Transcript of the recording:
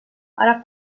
ara